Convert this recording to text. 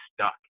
stuck